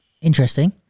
Interesting